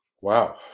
Wow